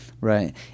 Right